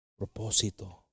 propósito